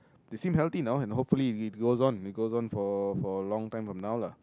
they seem healthy now and hopefully it goes on it goes on for for a long time from now lah